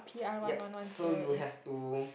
ya so you have to